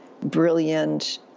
brilliant